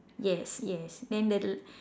yes yes then the l~